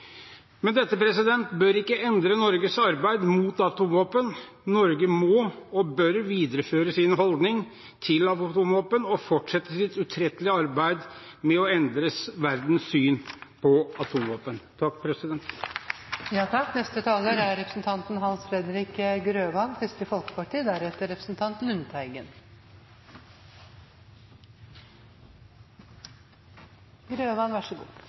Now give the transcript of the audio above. Men dette bør ikke endre Norges arbeid mot atomvåpen. Norge må og bør videreføre sin holdning til atomvåpen og fortsette sitt utrettelige arbeid med å endre verdens syn på atomvåpen. Kristelig Folkepartis standpunkt er klart. I vårt program er